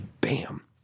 bam